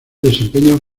desempeñan